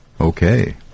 Okay